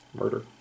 Murder